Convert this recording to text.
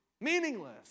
meaningless